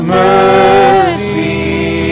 mercy